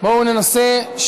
בואו ננסה.